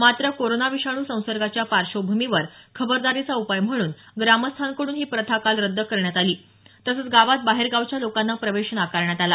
मात्र कोरोना विषाणू संसर्गाच्या पार्श्वभूमीवर खबरदारीचा उपाय म्हणून ग्रामस्थांकडून ही प्रथा काल रद्द करण्यात आली तसंच गावात बाहेर गावच्या लोकांना प्रवेश नाकारण्यात आला